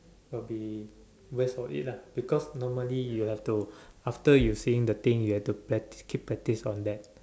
will be waste of it lah because normally you have to after you seeing the thing you have to practice keep practice one then